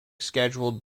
scheduled